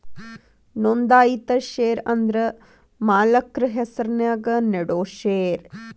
ನೋಂದಾಯಿತ ಷೇರ ಅಂದ್ರ ಮಾಲಕ್ರ ಹೆಸರ್ನ್ಯಾಗ ನೇಡೋ ಷೇರ